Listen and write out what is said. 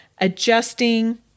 adjusting